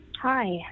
Hi